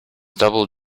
double